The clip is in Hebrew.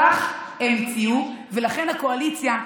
כך המציאו, ולכן הקואליציה,